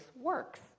works